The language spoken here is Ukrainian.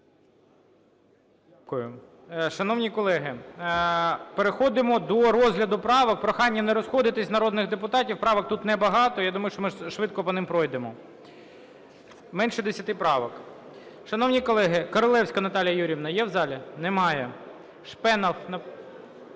Дякую. Шановні колеги, переходимо до розгляду правок. Прохання не розходитися народних депутатів, правок тут небагато. Я думаю, що ми швидко по них пройдемо. Менше 10 правок. Шановні колеги! Королевська Наталія Юріївна є в залі? Немає. Шпенов.